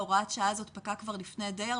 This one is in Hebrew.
הוראת השעה הזאת פקעה כבר לפי די הרבה שנים.